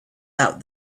out